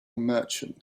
merchant